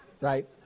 right